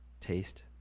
taste